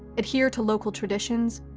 adhere to local traditions,